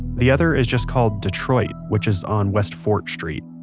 the other is just called detroit, which is on west fort street.